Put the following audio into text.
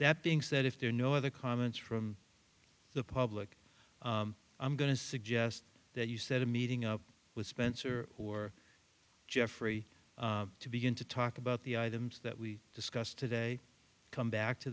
that being said if there are no other comments from the public i'm going to suggest that you set a meeting up with spencer or jeffrey to begin to talk about the items that we discussed today come back to